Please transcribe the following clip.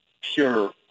pure